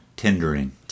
Tendering